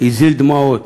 הזיל דמעות,